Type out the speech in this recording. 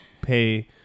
pay